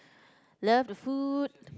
love the food